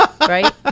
right